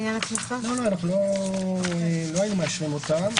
לא היינו מאשרים אותן.